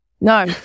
No